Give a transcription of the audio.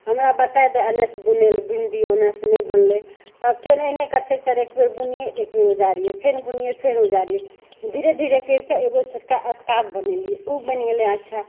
हमरा बताय दे एन्नेसँ बुनय लए बुनि दियौ ओन्नेसँ नहि बनलय तब फेर एहने करतय फेर एक बेर बुनियै एक बेर उजारिये फेन बुनियै फेर उजारिये धीरे धीरे करिकऽ एगो छोटका स्कार्फ बनेलियै उ बनि गेलय अच्छा